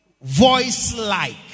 voice-like